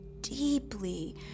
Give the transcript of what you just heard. deeply